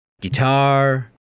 guitar